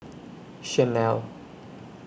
Chanel